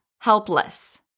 helpless